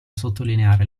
sottolineare